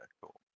cool